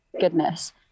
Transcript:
goodness